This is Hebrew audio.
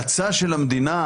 הולכים קדימה ואחורה בעניין הזה.